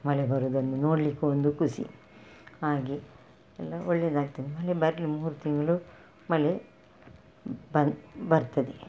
ಮಳೆ ಬರೋದನ್ನು ನೋಡಲಿಕ್ಕೆ ಒಂದು ಖುಷಿ ಹಾಗೇ ಎಲ್ಲ ಒಳ್ಳೇದಾಗ್ತದೆ ಮಳೆ ಬರಲಿ ಮೂರು ತಿಂಗಳು ಮಳೆ ಬರ್ತದೆ